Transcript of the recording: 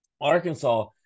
Arkansas